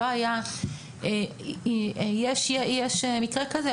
יש מקרה כזה?